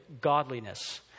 godliness